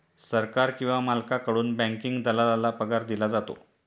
सरकार किंवा मालकाकडून बँकिंग दलालाला पगार दिला जातो